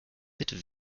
mit